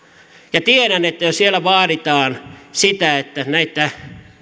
tiedän että jo siellä vaaditaan sitä että näitä